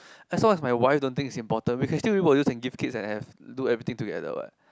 as long as my wife don't think it's important we can still reproduce and give kids and have do everything together what